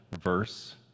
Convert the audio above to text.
Verse